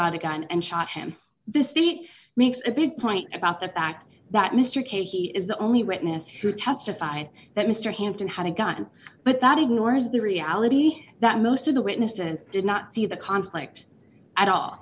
out a gun and shot him the state makes a big point about the fact that mr casey is the only witness who testified that mr hampton had a gun but that ignores the reality that most of the witnesses did not see the conflict at all